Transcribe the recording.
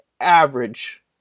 average